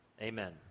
amen